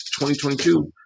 2022